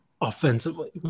offensively